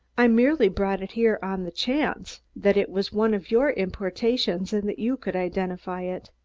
i merely brought it here on the chance that it was one of your importations and that you could identify it.